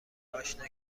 آشنا